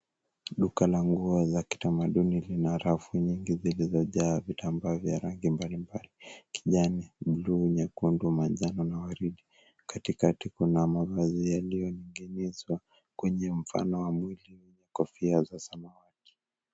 Duka la nguo za kitamaduni lina rafu nyingi zilizojaa vitambaa vya rangi mbalimbali; kijani, bluu, nyekundu, manjano na waridi. Katikati kuna mavazi yaliyoegemezwa kwenye mfano wa mwili wenye kofia za samawati.